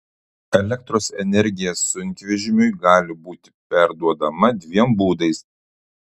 elektros energija sunkvežimiui gali būti perduodama dviem būdais